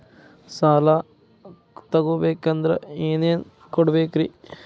ಸಾಲ ತೊಗೋಬೇಕಂದ್ರ ಏನೇನ್ ಕೊಡಬೇಕ್ರಿ?